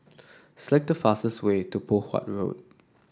select the fastest way to Poh Huat Road